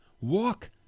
walk